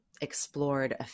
explored